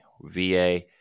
VA